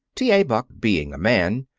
t. a. buck, being a man,